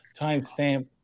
timestamp